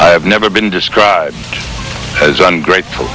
have never been described as ungrateful